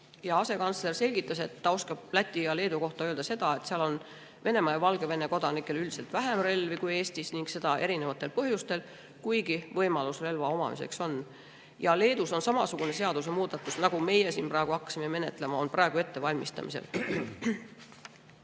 Asekantsler selgitas, et ta oskab Läti ja Leedu kohta öelda seda, et seal on Venemaa ja Valgevene kodanikel üldiselt vähem relvi kui Eestis, ning seda erinevatel põhjustel, kuigi võimalus relva omada on. Leedus on samasugune seadusmuudatus, nagu meie siin praegu menetleme, praegu ettevalmistamisel.